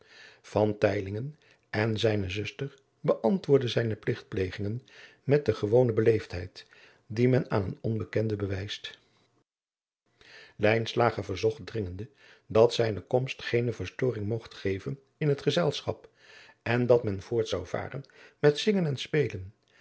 en zijne zuster beantwoordden zijne pligtplegingen met de gewone beleefdheid die men aan een onbekenden bewijst lijnslager verzocht dringende dat zijne komst geene verstoring mogt geven in het gezelschap en dat men voort zou varen met zingen en spelen